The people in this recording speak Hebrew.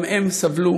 גם הם סבלו,